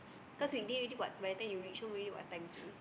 cause weekday already [what] by the time you reach home already what time seh